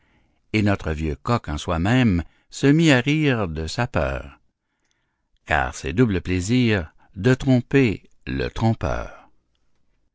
et notre vieux coq en soi-même se mit à rire de sa peur car c'est double plaisir de tromper le trompeur